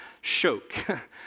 Shoke